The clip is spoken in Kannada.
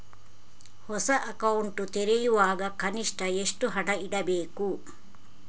ಹೊಸ ಅಕೌಂಟ್ ತೆರೆಯುವಾಗ ಕನಿಷ್ಠ ಎಷ್ಟು ಹಣ ಇಡಬೇಕು?